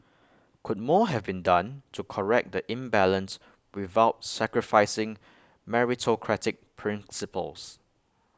could more have been done to correct the imbalance without sacrificing meritocratic principles